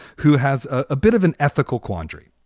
who has a bit of an ethical quandary,